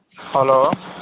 hello